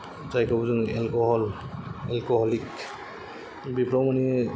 जायखौ जोङो alcohol alcoholic बेफोराव माने